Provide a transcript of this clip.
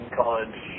college